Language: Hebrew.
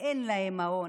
אין להם מעון.